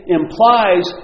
implies